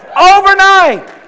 Overnight